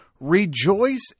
rejoice